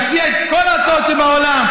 היא הציעה את כל ההצעות שבעולם.